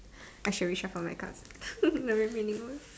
I should reshuffle my cards there is any more